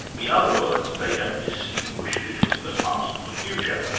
in other words, they don't distinguish between the past and the future.